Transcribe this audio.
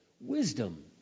wisdom